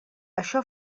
això